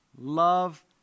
love